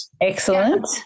Excellent